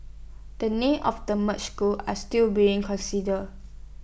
the names of the merged schools are still being considered